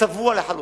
צבוע לחלוטין,